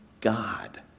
God